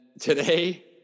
today